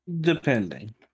Depending